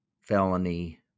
felony